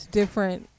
different